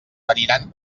feriran